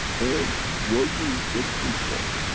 and what we were looking for.